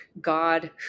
God